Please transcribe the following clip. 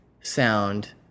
sound